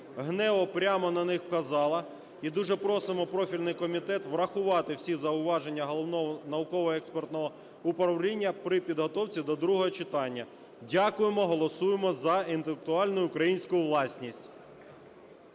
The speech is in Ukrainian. ГНЕУ прямо на них вказало, і дуже просимо профільний комітет врахувати всі зауваження Головного науково-експертного управління при підготовці до другого читання. Дякуємо. Голосуємо за інтелектуальну українську власності!